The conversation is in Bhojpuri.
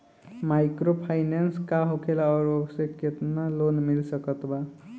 माइक्रोफाइनन्स का होखेला और ओसे केतना लोन मिल सकत बा?